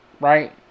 Right